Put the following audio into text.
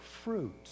fruit